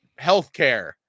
healthcare